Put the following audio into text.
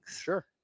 Sure